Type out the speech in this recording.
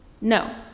No